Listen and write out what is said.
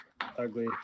ugly